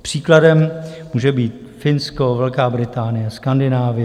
Příkladem může být Finsko, Velká Británie, Skandinávie.